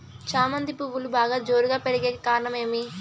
చామంతి పువ్వులు బాగా జోరుగా పెరిగేకి కారణం ఏమి?